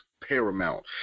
paramount